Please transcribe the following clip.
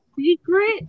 Secret